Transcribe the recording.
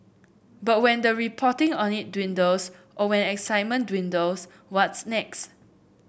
but when the reporting on it dwindles or when excitement dwindles what's next